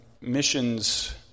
missions